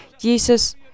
Jesus